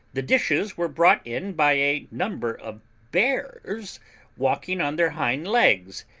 the dishes were brought in by a number of bears walking on their hind-legs,